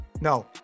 no